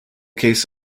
case